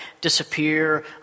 disappear